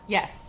Yes